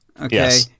okay